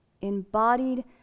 embodied